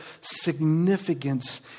significance